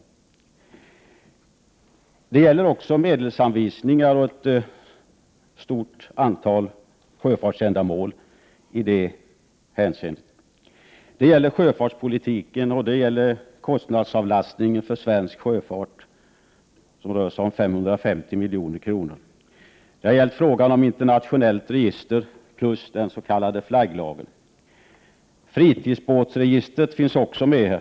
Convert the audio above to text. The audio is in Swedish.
Betänkandet gäller också medelsanvisningar till ett stort antal sjöfartsändamål. Det gäller sjöfartspolitiken, och det gäller kostnadsavlastning för svensk sjöfart som rör sig om 550 milj.kr. Det gäller frågan om internationellt register plus den s.k. flagglagen. Fritidsbåtsregistret finns också med här.